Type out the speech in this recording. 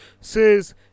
says